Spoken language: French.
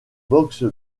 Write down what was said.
boxe